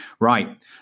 Right